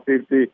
safety